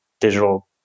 digital